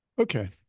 okay